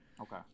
okay